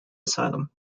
asylum